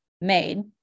made